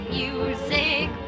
music